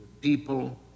People